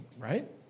right